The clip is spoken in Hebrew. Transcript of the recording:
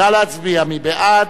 נא להצביע, מי בעד?